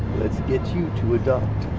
let's get you to a doctor.